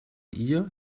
ihr